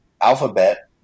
alphabet